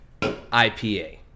IPA